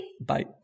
Bye